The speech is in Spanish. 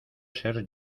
ser